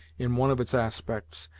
in one of its aspects,